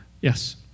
Yes